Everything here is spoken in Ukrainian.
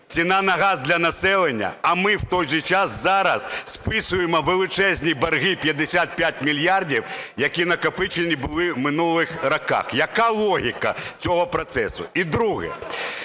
ціна на газ для населення, а ми в той же час зараз списуємо величезні борги – 55 мільярдів, які накопичені були в минулих роках? Яка логіка цього процесу? І друге.